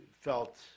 felt